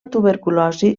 tuberculosi